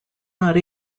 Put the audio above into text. not